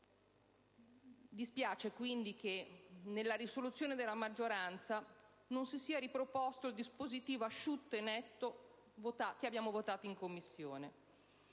Dispiace, quindi, che nella risoluzione della maggioranza non si sia riproposto il dispositivo asciutto e netto che abbiamo votato in Commissione.